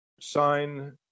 sign